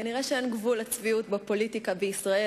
כנראה אין גבול לצביעות בפוליטיקה בישראל,